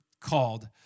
called